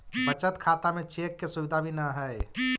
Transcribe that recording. बचत खाता में चेक के सुविधा भी न हइ